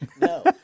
No